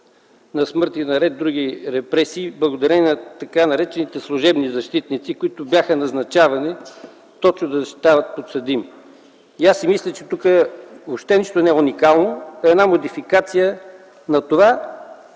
на смърт и ред други репресии, благодарение на така наречените служебни защитници, които бяха назначавани точно, за да защитават подсъдими. И аз си мисля, че тук въобще нищо не е уникално, а е една модификация на това